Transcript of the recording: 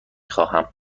خواهم